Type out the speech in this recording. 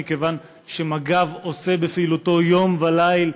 מכיוון שמג"ב עושה בפעילותו יום וליל,